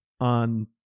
on